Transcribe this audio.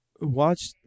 Watch